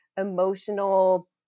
emotional